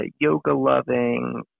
yoga-loving